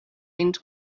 end